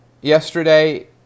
yesterday